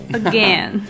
again